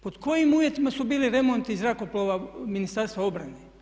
Pod kojim uvjetima su bili remonti zrakoplova Ministarstva obrane?